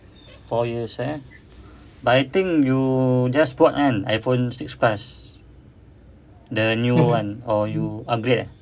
four years eh but I think you just bought kan iphone six plus the new one or you upgrade eh